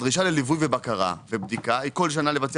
הדרישה לליווי ובקרה ובדיקה זה כל שנה לבצע